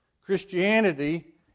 Christianity